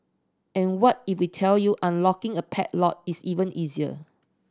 and what if we tell you unlocking a padlock is even easier